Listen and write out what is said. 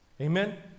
Amen